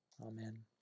Amen